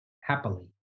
happily